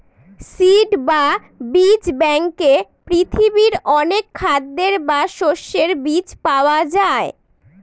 seed বা বীজ ব্যাঙ্কে পৃথিবীর অনেক খাদ্যের বা শস্যের বীজ পাওয়া যায়